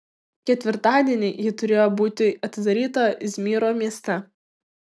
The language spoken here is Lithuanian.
ketvirtadienį ji turėjo būti atidaryta izmyro mieste